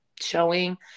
showing